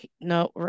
No